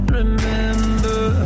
remember